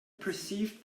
perceived